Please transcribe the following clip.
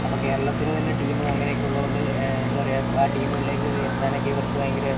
അപ്പോൾ കേരളത്തിന് തന്നെ ടീം അങ്ങനെയൊക്കെ ഉള്ളതുകൊണ്ട് എന്താ പറയാ ആ ടീമുകളിലേക്കൊക്കെ എത്താനൊക്കെ ഇവർക്ക് ഭയങ്കര